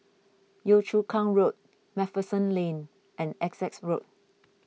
Yio Chu Kang Road MacPherson Lane and Essex Road